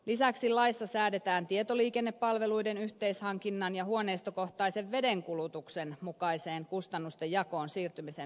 lisäksi laissa säädetään tietoliikennepalveluiden yhteishankinnan ja huoneistokohtaisen vedenkulutuksen mukaiseen kustannustenjakoon siirtymisen edellytyksistä